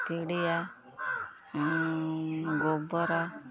ପିଡ଼ିଆ ଗୋବର